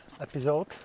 episode